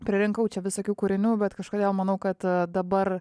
pririnkau čia visokių kūrinių bet kažkodėl manau kad dabar